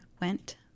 went